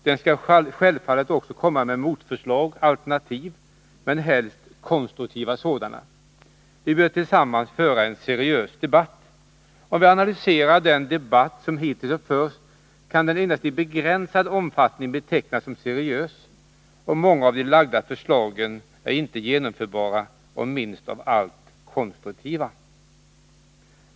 Den skall självfallet också komma med motförslag och alternativ, men då helst konstruktiva sådana. Vi bör tillsammans föra en seriös debatt. Om vi analyserar den debatt som hittills har förts, kan den endast i begränsad omfattning betecknas som seriös. Många av de framlagda förslagen är inte genomförbara och minst av allt konstruktiva.